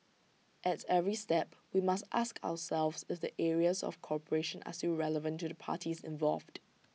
at every step we must ask ourselves if the areas of cooperation are still relevant to the parties involved